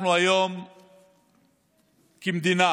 כמדינה